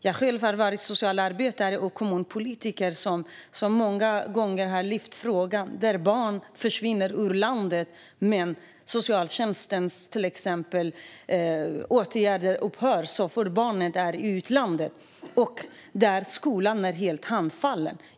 Jag har själv varit socialarbetare och kommunpolitiker och har många gånger lyft upp frågan om barn som försvinner ut ur landet, men socialtjänstens åtgärder upphör så fort barnet är i utlandet. Där är skolan helt handfallen.